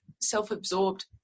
self-absorbed